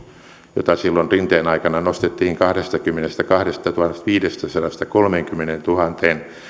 jota silloin rinteen aikana nostettiin kahdestakymmenestäkahdestatuhannestaviidestäsadasta kolmeenkymmeneentuhanteen